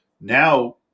Now